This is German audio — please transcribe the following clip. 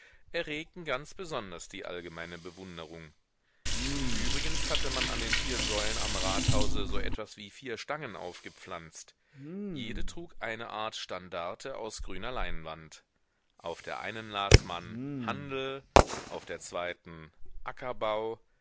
erregten ganz besonders die allgemeine bewunderung übrigens hatte man an den vier säulen am rathause so etwas wie vier stangen aufgepflanzt jede trug eine art standarte aus grüner leinwand auf der einen las man handel auf der zweiten ackerbau